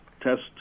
test